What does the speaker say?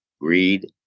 greed